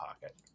pocket